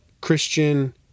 Christian